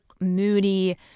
moody